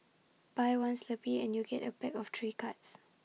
buy one Slurpee and you get A pack of three cards